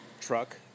truck